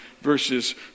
verses